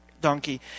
donkey